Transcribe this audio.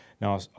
Now